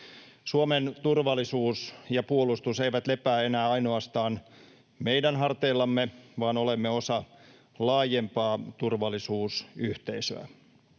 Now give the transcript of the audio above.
Suomen turvallisuus ja puolustus eivät lepää enää ainoastaan meidän harteillamme, vaan olemme osa laajempaa turvallisuusyhteisöä.